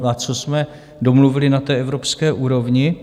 A co jsme domluvili na evropské úrovni?